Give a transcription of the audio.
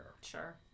sure